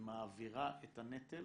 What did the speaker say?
ומעבירה את הנטל